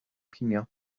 cinio